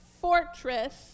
fortress